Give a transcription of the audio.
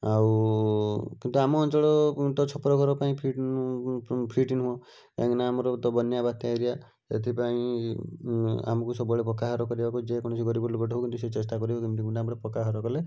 ଆଉ କିନ୍ତୁ ଆମ ଅଞ୍ଚଳ ତ ଛପର ଘର ପାଇଁ ଫିଟ୍ ଫିଟ୍ ନୁହଁ କାହିଁକିନା ଆମର ତ ବନ୍ୟା ବାତ୍ୟା ଏରିଆ ଏଥିପାଇଁ ଆମକୁ ସବୁବେଳେ ପକ୍କା ଘର କରିବାକୁ ଯେକୌଣସି ଗରିବ ଲୋକଟେ ହେଉ କିନ୍ତୁ ସେ ଚେଷ୍ଟା କରିବ କେମିତି ଖଣ୍ଡେ ଆମର ପକ୍କା ଘର କଲେ